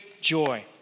joy